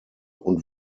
und